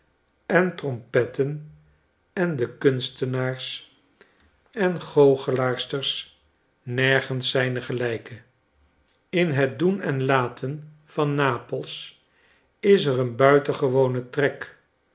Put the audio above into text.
en trompetten en de kunstenaars en goochelaarster nergens zijns gelijke in het doen en laten van nap els is ereen buitengewone trek